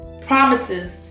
promises